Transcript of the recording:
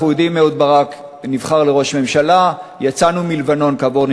אנחנו יודעים שאהוד ברק נבחר לראש הממשלה ויצאנו מלבנון כעבור,